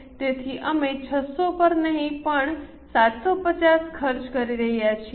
તેથી અમે 600 પર નહીં પણ 750 ખર્ચ કરી રહ્યા છીએ